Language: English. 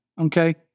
Okay